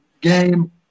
game